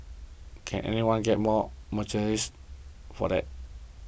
can anyone get more mercenary for that